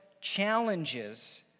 challenges